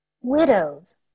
widows